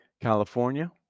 California